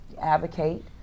advocate